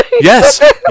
Yes